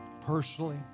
Personally